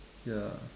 ya